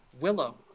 Willow